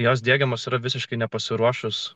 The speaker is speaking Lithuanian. jos diegiamos ir visiškai nepasiruošus